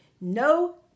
No